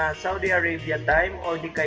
saudi arabia nine